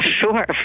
Sure